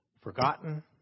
Forgotten